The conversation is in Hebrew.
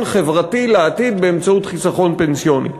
חברתי לעתיד באמצעות חיסכון פנסיוני.